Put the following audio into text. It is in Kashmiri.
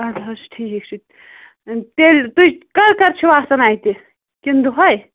اَدٕ حظ ٹھیٖک چھُ تیلہِ تُہۍ کر کر چھِوٕ آسان اَتہِ کِنہٕ دۅہے